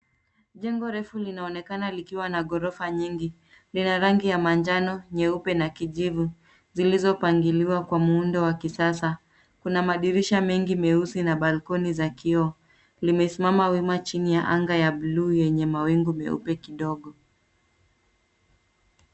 Jengo refu linaonekana likiwa na ghorofa nyingi. Lina rangi ya manjano, nyeupe na kijivu zilizopangiliwa kwa muundo wa kisasa. Kuna madirisha mengi meusi na balkoni za kioo. Limesimama wima chini ya anga blue yenye mawingu meupe kidogo.